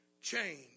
change